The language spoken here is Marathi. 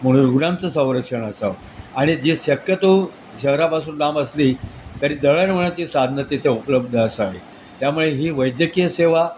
म्हणून रुग्णांचं संरक्षण असावं आणि जे शक्यतो शहरापासून लांब असली तरी दळणवळणाची साधनं तिथे उपलब्ध असावी त्यामुळे ही वैद्यकीय सेवा